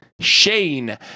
Shane